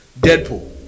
Deadpool